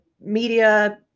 media